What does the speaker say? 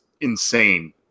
insane